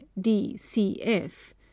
dcf